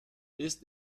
ist